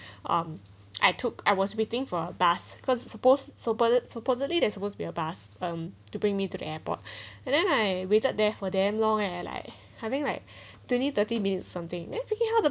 um I took I was waiting for a bus cause it's supposed so pos~ supposedly there was a bus um to bring me to the airport and then I waited there for damn long eh like having like twenty thirty minutes something then freaking hell